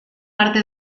parte